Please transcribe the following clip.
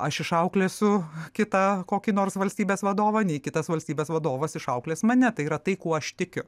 aš išauklėsiu kitą kokį nors valstybės vadovą nei kitas valstybės vadovas išauklės mane tai yra tai kuo aš tikiu